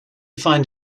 find